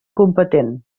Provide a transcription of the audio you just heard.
competent